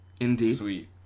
Indeed